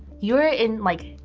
you were in, like,